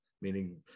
meaning